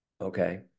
okay